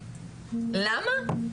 אוקיי.